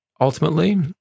ultimately